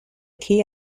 key